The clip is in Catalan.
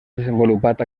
desenvolupat